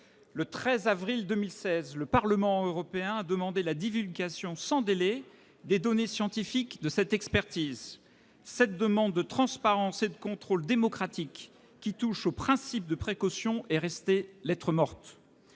Le 13 avril 2016, le Parlement européen a demandé la divulgation sans délai des données scientifiques de cette expertise. Cette demande de transparence et de contrôle démocratique, qui touche au principe de précaution, est restée lettre morte.